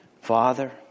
Father